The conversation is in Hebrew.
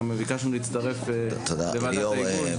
אנחנו גם ביקשנו להצטרף לוועדת ההיגוי.